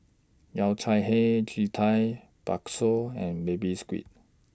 Yao Cai Hei Ji Tang Bakso and Baby Squid